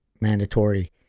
mandatory